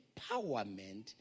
empowerment